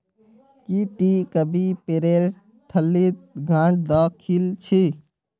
की टी कभी पेरेर ठल्लीत गांठ द खिल छि